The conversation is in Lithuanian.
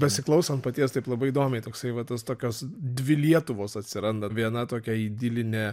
besiklausant paties taip labai įdomiai toksai va tos tokios dvi lietuvos atsiranda viena tokia idilinė